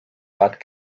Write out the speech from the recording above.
bad